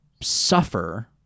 suffer